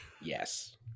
Yes